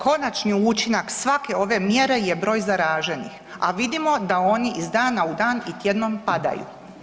Konačni učinak svake ove mjere je broj zaraženih, a vidimo da oni iz dana u dan i tjednom padaju.